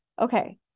Okay